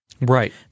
Right